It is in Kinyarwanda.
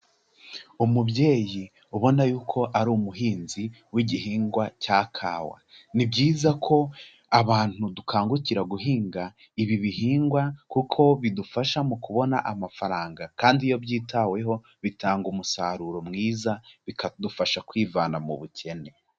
Umubyeyi ubona yuko ari umuhinzi w'igihingwa cya kawa, ni byiza ko abantu dukangukira guhinga ibi bihingwa kuko bidufasha mu kubona amafaranga kandi iyo byitaweho bitanga umusaruro mwiza, bikadufasha kwivana mu bukene,